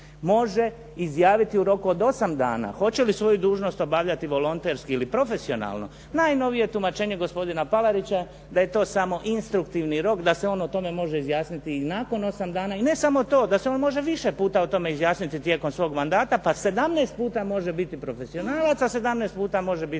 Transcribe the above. može izjaviti u roku od 8 dana hoće li svoju dužnost obavljati volonterski ili profesionalno najnovije tumačenje gospodina Palarića da je to samo instruktivni rok, da se on o tome može izjasniti i nakon 8 dana. I ne samo to, da se on može više puta o tome izjasniti tijekom svog mandata pa 17 puta može biti profesionalac, a 17 puta može biti